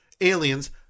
Aliens